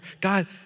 God